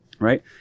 Right